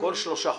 כל שלושה חודשים,